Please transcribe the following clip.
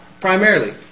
Primarily